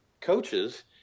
coaches